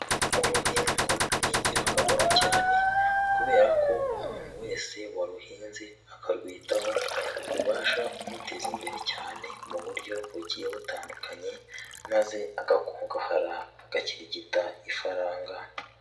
Urubingo ni ingirakamaro cyane kubera ko umuntu wese waruhinze, akarwitaho rubasha kumuteza imbere cyane mu buryo bugiye butandukanye maze agakungahara, agakirigita ifaranga.